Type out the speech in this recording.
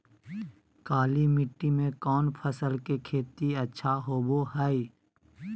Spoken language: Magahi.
काली मिट्टी में कौन फसल के खेती अच्छा होबो है?